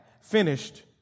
finished